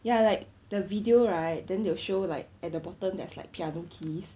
ya like the video right then they will show like at the bottom there's like piano keys